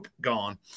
gone